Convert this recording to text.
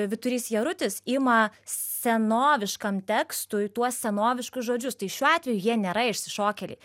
vyturys jarutis ima senoviškam tekstui tuos senoviškus žodžius tai šiuo atveju jie nėra išsišokėliai